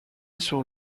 sur